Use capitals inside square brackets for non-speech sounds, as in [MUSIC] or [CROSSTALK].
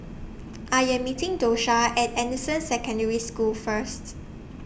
[NOISE] I Am meeting Dosha At Anderson Secondary School First